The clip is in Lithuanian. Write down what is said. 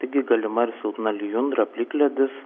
taigi galima ir silpna lijundra plikledis